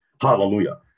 Hallelujah